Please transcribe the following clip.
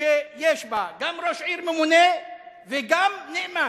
שיש בו גם ראש עיר ממונה וגם נאמן.